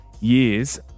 years